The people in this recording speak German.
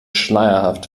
schleierhaft